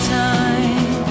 time